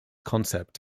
concept